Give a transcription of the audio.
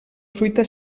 fruita